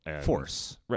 force